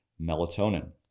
Melatonin